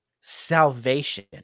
salvation